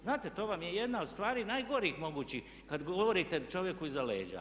Znate, to vam je jedna od stvari najgorih mogućih kad govorite čovjeku iza leđa.